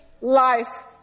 life